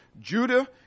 Judah